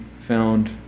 found